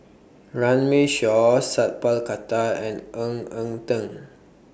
Runme Shaw Sat Pal Khattar and Ng Eng Teng